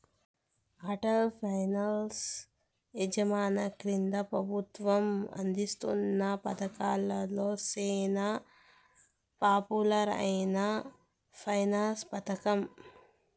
Atal pension Yojana కేంద్ర పెబుత్వం అందిస్తున్న పతకాలలో సేనా పాపులర్ అయిన పెన్సన్ పతకం